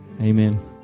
Amen